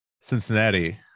Cincinnati